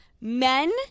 Men